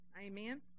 amen